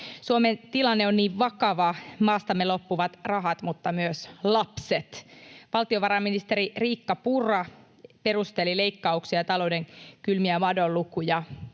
Suomen tilanne on vakava: maastamme loppuvat rahat mutta myös lapset. Valtiovarainministeri Riikka Purra perusteli leikkauksia ja talouden kylmiä madonlukuja